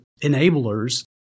enablers